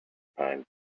pine